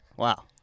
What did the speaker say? Wow